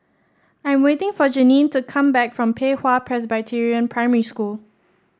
I'm waiting for Janine to come back from Pei Hwa Presbyterian Primary School